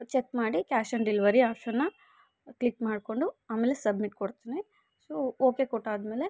check ಮಾಡಿ cash on delivery ಆಪ್ಷನ್ನ click ಮಾಡಿಕೊಂಡು ಆಮೇಲೆ ಸಬ್ಮಿಟ್ ಕೊಡ್ತೀನಿ ಸೊ ಓಕೆ ಕೊಟ್ಟಾದಮೇಲೆ